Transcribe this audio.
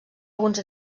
alguns